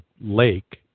lake